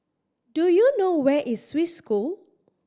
do you know where is Swiss School